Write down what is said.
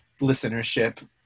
listenership